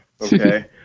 Okay